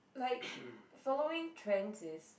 like following trends is